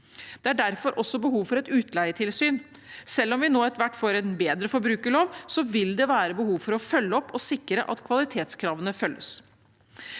Det er derfor også behov for et utleietilsyn. Selv om vi nå etter hvert får en bedre forbrukerlov, vil det være behov for å følge opp og sikre at kvalitetskravene følges.